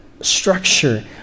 structure